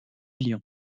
lion